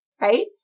right